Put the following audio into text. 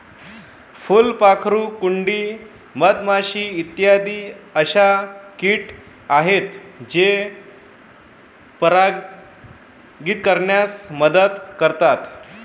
फुलपाखरू, कुंडी, मधमाशी इत्यादी अशा किट आहेत जे परागीकरणास मदत करतात